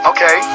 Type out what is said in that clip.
Okay